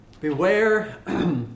Beware